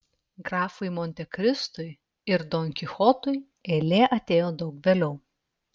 grafui montekristui ir don kichotui eilė atėjo daug vėliau